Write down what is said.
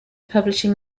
publishing